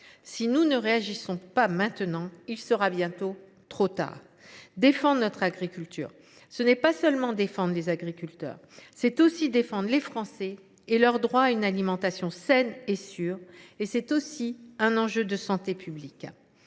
Si nous ne réagissons pas maintenant, il sera bientôt trop tard. Défendre notre agriculture, ce n’est pas seulement défendre nos agriculteurs : c’est aussi défendre les Français et leur droit à une alimentation saine et sûre. Il s’agit aussi d’un enjeu de santé publique.